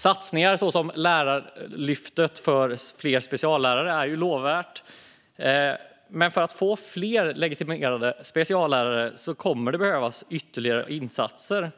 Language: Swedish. Satsningar som Lärarlyftet för fler speciallärare är lovvärda, men för att få fler legitimerade speciallärare kommer det att behövas ytterligare insatser.